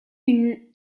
une